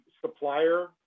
supplier